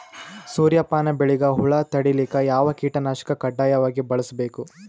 ಸೂರ್ಯಪಾನ ಬೆಳಿಗ ಹುಳ ತಡಿಲಿಕ ಯಾವ ಕೀಟನಾಶಕ ಕಡ್ಡಾಯವಾಗಿ ಬಳಸಬೇಕು?